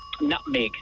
nutmeg